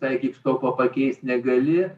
susitaikyk su tuo ko pakeist negali